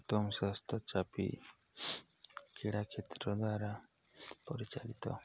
ଉତ୍ତମ ସ୍ୱାସ୍ଥ୍ୟ ଚାବି କ୍ରୀଡ଼ା କ୍ଷେତ୍ର ଦ୍ୱାରା ପରିଚାଳିତ